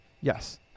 Yes